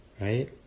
right